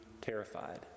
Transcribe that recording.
terrified